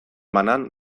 banan